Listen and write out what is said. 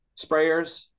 sprayers